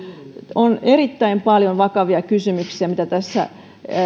on erittäin paljon vakavia kysymyksiä mitä tässä